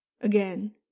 again